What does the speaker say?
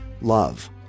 love